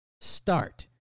start